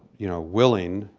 you know, willing,